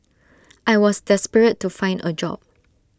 I was desperate to find A job